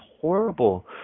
horrible